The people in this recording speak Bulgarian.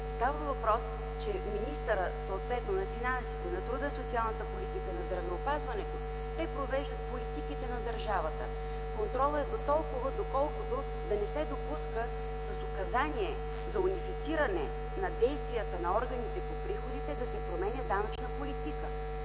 Става въпрос, че министърът, съответно на финансите, на труда и социалната политика, на здравеопазването – те провеждат политиките на държавата. Контролът е дотолкова, доколкото да не се допуска с указание за унифициране на действията на органите по приходите да се променя данъчна политика.